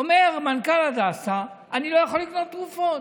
אומר מנכ"ל הדסה: אני לא יכול לקנות תרופות.